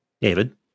david